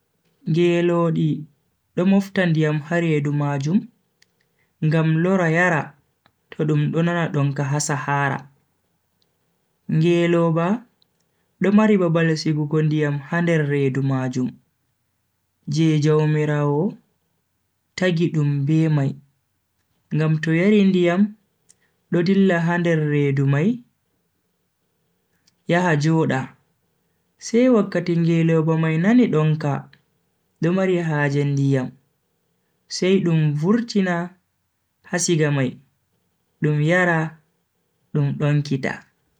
Ngeloodi do mofta ndiyam ha redu majum ngam lora yara to dum do nana donka ha sahara. ngeloba do mari babal sigugo ndiyam ha nder redu majum je jaumiraawo tagi dum be mai ngam to yari ndiyam do dilla ha nder redu mai yaha joda sai wakkati ngeloba mai nani donka do mari haje ndiyam sai dum vurtina ha siga mai dum yara dum donkita.